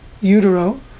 utero